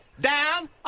down